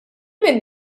minn